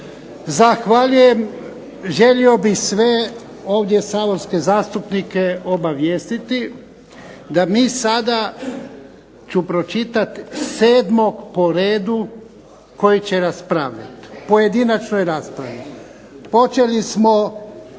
Zahvaljujem. Želio bih sve ovdje saborske zastupnike obavijestiti da mi, sada ću pročitati sedmog po redu koji će raspravljati u pojedinačnoj raspravi. Počeli smo